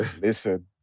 Listen